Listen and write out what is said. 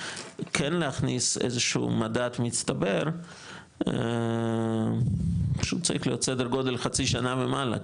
כן להכניס איזשהו מדד מצטבר שהוא צריך להיות סדר גודל חצי שנה ומעלה,